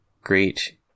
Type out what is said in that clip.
great